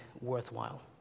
worthwhile